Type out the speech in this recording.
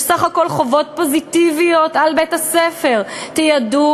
בסך הכול חובות פוזיטיביות על בית-הספר: תיידעו